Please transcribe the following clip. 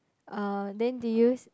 uh then did you